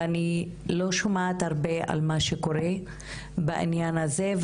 ואני לא שומעת הרבה על מה שקורה בעניין הזה.